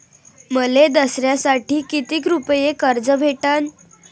मले दसऱ्यासाठी कितीक रुपये कर्ज भेटन?